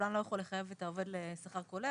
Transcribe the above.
שהקבלן לא יכול לחייב את העובד לשכר כולל,